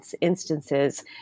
instances